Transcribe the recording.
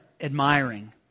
admiring